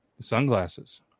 sunglasses